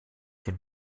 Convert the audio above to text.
den